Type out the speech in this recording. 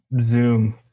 zoom